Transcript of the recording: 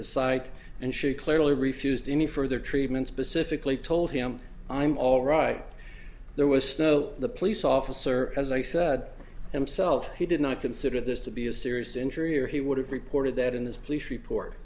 site and she clearly refused any further treatment specifically told him i'm all right there was snow the police officer as i said himself he did not consider this to be a serious injury or he would have reported that in this police report